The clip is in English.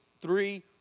three